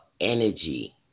energy